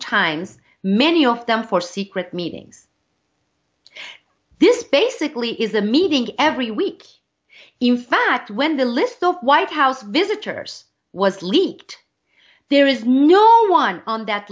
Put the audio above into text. times many of them for secret meetings this basically is a meeting every week in fact when the list of white house visitors was leaked there is no one on that